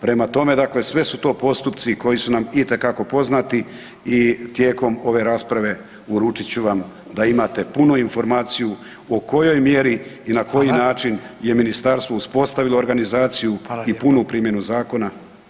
Prema tome, dakle sve su to postupci koji su nam itekako poznati i tijekom ove rasprave, uručit ću vam da imate punu informaciju o kojoj mjeri i na koji način je ministarstvo uspostavilo organizaciju i punu primjenu zakona.